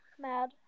mad